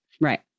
Right